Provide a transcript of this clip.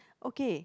okay